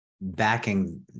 backing